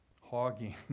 hogging